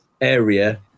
area